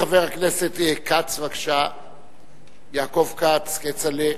חבר הכנסת יעקב כץ, כצל'ה,